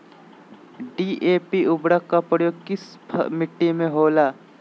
DAP उर्वरक का प्रयोग किस मिट्टी में होला?